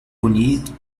bonito